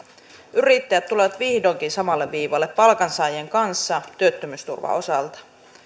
yrittäjät tulevat vihdoinkin samalle viivalle palkansaajien kanssa työttömyysturvan osalta